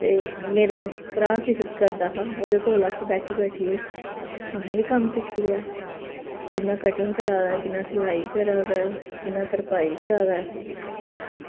ते मेरा भ्राऽ करदा हा ते ओह्दे कोल अस बैठी बैठियै असें बी कम्म सिक्खी लेआ कियां कटिंग करा दा कियां सिलाई करा दा कियां तरपाई करा दा ऐ